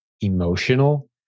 emotional